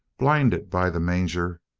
blinded by the manger,